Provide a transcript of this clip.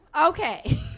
Okay